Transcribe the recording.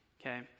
okay